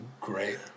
great